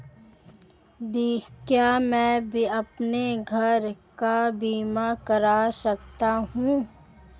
क्या मैं अपने घर का बीमा करा सकता हूँ?